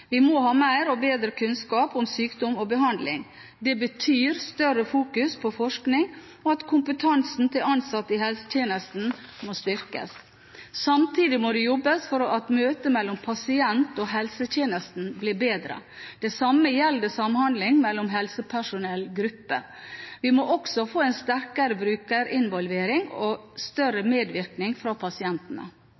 Vi må ha mer og bedre kunnskap om sykdom og behandling. Det betyr at vi må fokusere mer på forskning, og at kompetansen til ansatte i helsetjenesten må styrkes. Samtidig må det jobbes for at møtet mellom pasient og helsetjenesten blir bedre. Det samme gjelder samhandlingen mellom helsepersonellgrupper. Vi må også få en sterkere brukerinvolvering og større medvirkning fra pasientene.